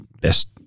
best –